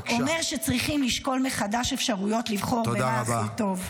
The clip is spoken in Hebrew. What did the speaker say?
אומר שצריכים לשקול מחדש אפשרויות לבחור מה הכי טוב.